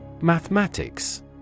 Mathematics